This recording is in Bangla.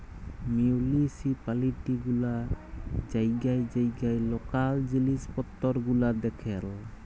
মিউলিসিপালিটি গুলা জাইগায় জাইগায় লকাল জিলিস পত্তর গুলা দ্যাখেল